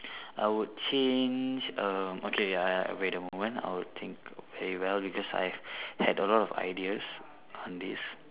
I would change um okay ya wait a moment I would think very well because I had a lot of ideas on this